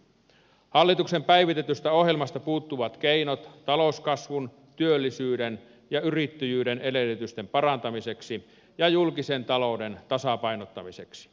hallituksen päivitetystä ohjelmasta puuttuvat keinot talouskasvun työllisyyden ja yrittäjyyden edellytysten parantamiseksi ja julkisen talouden tasapainottamiseksi